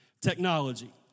Technology